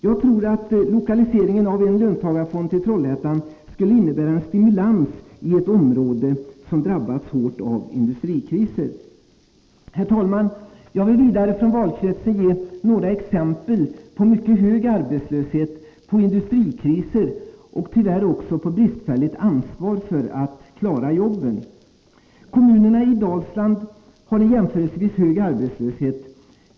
Jag tror att lokalisering av en löntagarfond till Trollhättan skulle innebära en stimulans i ett område som drabbats hårt av industrikriser. Herr talman! Jag vill vidare från valkretsen ge några exempel på mycket hög arbetslöshet, på industrikriser och tyvärr också på bristfälligt ansvar för att klara jobben. Kommunerna i Dalsland har en jämförelsevis hög arbetslöshet.